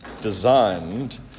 designed